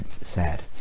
sad